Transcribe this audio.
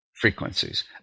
frequencies